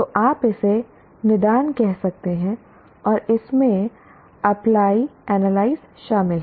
तो आप इसे निदान कह सकते हैं और इसमें अप्लाई एनालाइज शामिल हैं